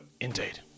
indeed